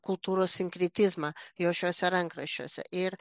kultūros sinkretizmą jau šiuose rankraščiuose ir